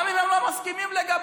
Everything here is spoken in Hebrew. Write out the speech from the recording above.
גם אם הם לא מסכימים לגביו,